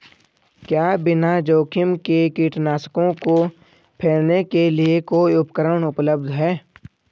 क्या बिना जोखिम के कीटनाशकों को फैलाने के लिए कोई उपकरण उपलब्ध है?